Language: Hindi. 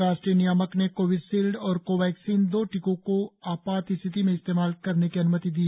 राष्ट्रीय नियामक ने कोविशील्ड और कोवैक्सीन दो टीकों को आपात स्थिति में इस्तेमाल करने की अन्मति दी